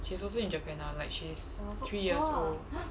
she's also in japan ah like she's three years old